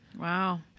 Wow